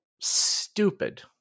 stupid